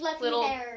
little